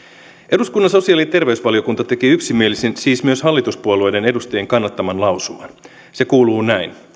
eduskunnan sosiaali ja terveysvaliokunta teki yksimielisen siis myös hallituspuolueiden edustajien kannattaman lausuman se kuuluu näin